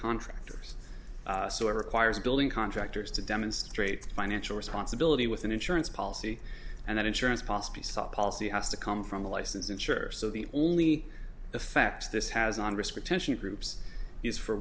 contractors so it requires building contractors to demonstrate financial responsibility with an insurance policy and that insurance possibly saw policy has to come from a license insured so the only affect this has on risk retention groups is for